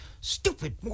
Stupid